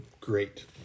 great